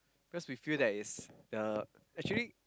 because we feel that it's uh actually